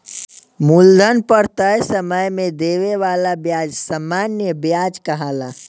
मूलधन पर तय समय में देवे वाला ब्याज सामान्य व्याज कहाला